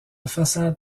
façade